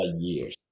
years